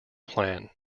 plan